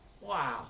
Wow